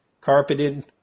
carpeted